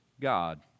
God